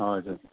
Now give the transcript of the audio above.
हजुर